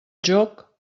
joc